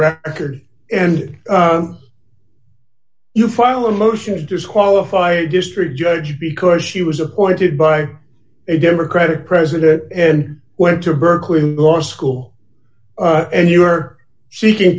record and you file a motion to disqualify a district judge because she was appointed by a democratic president and went to berkeley law school and you are seeking